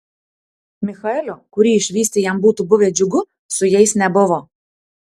michaelio kurį išvysti jam būtų buvę džiugu su jais nebuvo